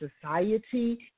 society